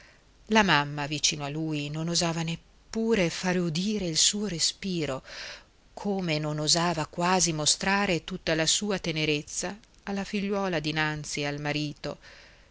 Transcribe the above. la mamma vicino a lui non osava neppure fare udire il suo respiro come non osava quasi mostrare tutta la sua tenerezza alla figliuola dinanzi al marito